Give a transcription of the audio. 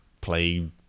play